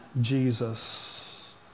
Jesus